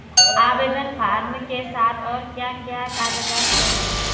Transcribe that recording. आवेदन फार्म के साथ और क्या क्या कागज़ात चाहिए?